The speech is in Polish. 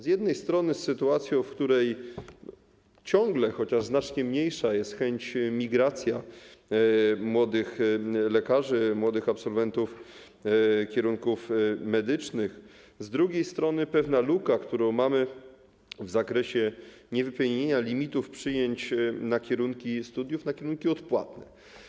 Z jednej strony jest to sytuacja, w której ciągle jest, chociaż znacznie mniejsza, chęć migracji młodych lekarzy, młodych absolwentów kierunków medycznych, a z drugiej strony jest pewna luka, którą mamy w zakresie niewypełnienia limitów przyjęć na kierunki studiów, na kierunki odpłatne.